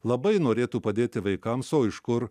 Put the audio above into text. labai norėtų padėti vaikams o iš kur